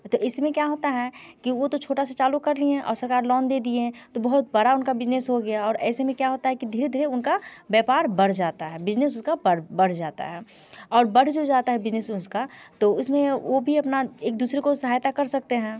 तो इसमें क्या होता है कि वो तो छोटा से चालू कर लिए और सरकार लौन दे दिए तो बहुत बड़ा उनका बिजनेस हो गया और ऐसे में क्या होता है कि धीरे धीरे उनका व्यापार बढ़ जाता है बिजनेस उसका बढ़ बढ़ जाता है और बढ़ जो जाता है बिजनेस उसका तो उसमें वो भी अपना एक दूसरे को सहायता कर सकते हैं